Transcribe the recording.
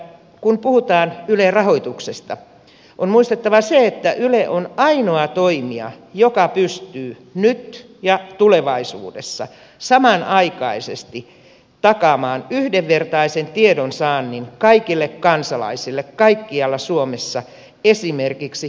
kun puhutaan ylen rahoituksesta on muistettava se että yle on ainoa toimija joka pystyy nyt ja tulevaisuudessa samanaikaisesti takaamaan yhdenvertaisen tiedonsaannin kaikille kansalaisille kaikkialla suomessa esimerkiksi katastrofitilanteissa